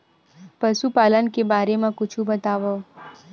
पशुपालन के बारे मा कुछु बतावव?